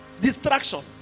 Distraction